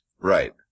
right